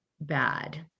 bad